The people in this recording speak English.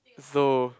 so